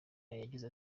yagize